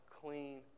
clean